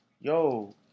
Yo